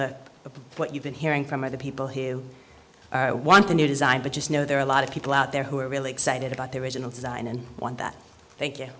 that what you've been hearing from other people who want a new design but just know there are a lot of people out there who are really excited about their original design and want that thank you